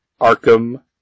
Arkham